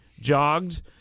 jogged